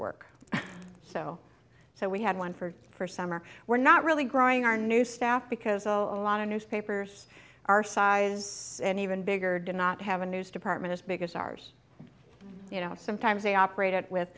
work so so we had one for for summer we're not really growing our new staff because a lot of newspapers are size and even bigger do not have a news department as big as ours you know sometimes they operate it with